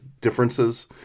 differences